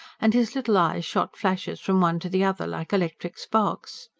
and his little eyes shot flashes from one to the other, like electric sparks.